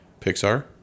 Pixar